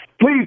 Please